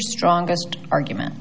strongest argument